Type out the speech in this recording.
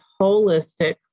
holistic